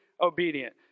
obedient